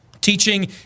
Teaching